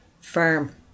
firm